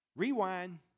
Rewind